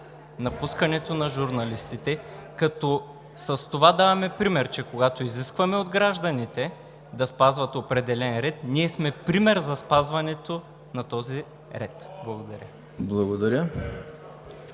напускането на журналистите, като с това даваме пример, че когато изискваме от гражданите да спазват определен ред, ние сме пример за спазването на този ред. Благодаря.